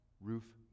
Roof